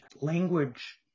language